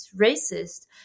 racist